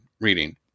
reading